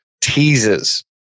teases